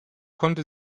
konnte